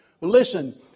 Listen